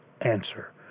answer